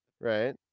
right